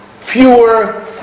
fewer